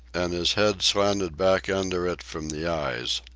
and his head slanted back under it from the eyes.